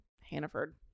Hannaford